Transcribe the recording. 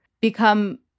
become